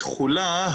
בתחולה,